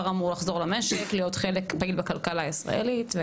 אמור לחזור למשק ולהיות חלק פעיל מהכלכלה הישראלית.